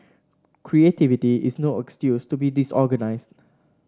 creativity is no excuse to be disorganised